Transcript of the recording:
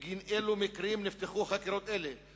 בגין אילו מקרים נפתחו חקירות אלה?